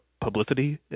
publicity